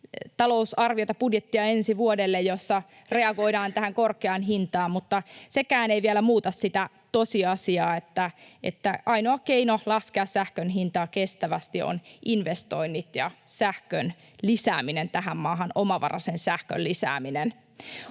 talousarviota, budjettia, jossa reagoidaan tähän korkeaan hintaan, mutta sekään ei vielä muuta sitä tosiasiaa, että ainoa keino laskea sähkönhintaa kestävästi on investoinnit ja omavaraisen sähkön lisääminen